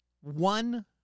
one